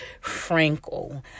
Frankel